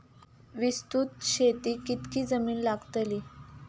विस्तृत शेतीक कितकी जमीन लागतली?